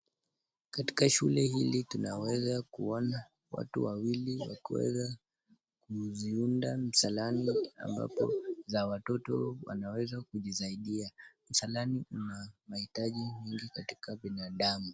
Katika shule hili tunaweza kuona watu wawili wakiweza kuziunda msalani ambapo za watoto wanaweza kujisaidia. Msalani una mahitaji mingi katika binadamu.